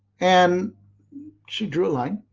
and she drew a line.